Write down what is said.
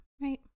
right